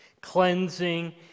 cleansing